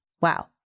Wow